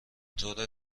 طور